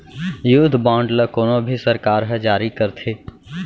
युद्ध बांड ल कोनो भी सरकार ह जारी करथे